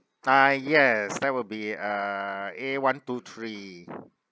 uh yes that will be uh A one two three